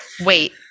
wait